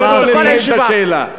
תאפשר לו לסיים את השאלה.